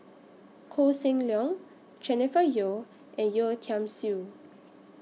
Koh Seng Leong Jennifer Yeo and Yeo Tiam Siew